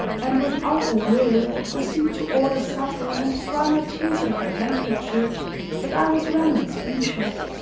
and without a word, proceed to order supper and dry my tears with her handkerchief that i was rendered speechless,